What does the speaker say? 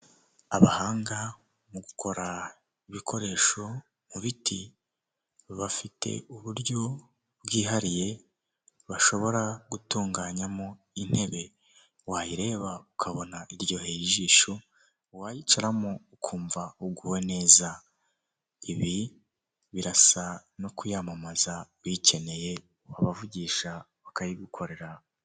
Abahanga mu gukora ibikoresho mu biti bafite uburyo bwihariye bashobora gutunganyamo intebe wayireba ukabona iryoheye ijisho wayicaramo ukumva uguwe neza, ibi birasa no kuyamamaza uyikeneye wabavugisha bakayigukorera.